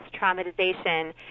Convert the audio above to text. traumatization